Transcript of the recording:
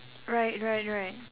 right right right